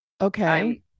Okay